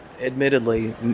admittedly